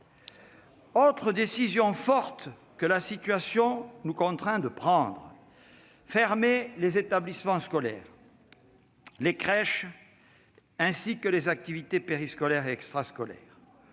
Autre décision forte que la situation nous contraint de prendre : fermer les établissements scolaires et les crèches et arrêter les activités périscolaires et extrascolaires.